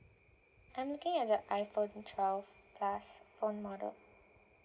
I'm looking at the iphone twelve plus phone model